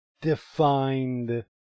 defined